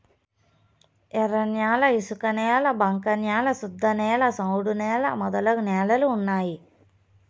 ఎర్రన్యాల ఇసుకనేల బంక న్యాల శుద్ధనేల సౌడు నేల మొదలగు నేలలు ఉన్నాయి